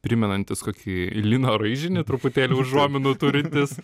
primenantis kokį linoraižinį truputėlį užuominų turintis